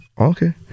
Okay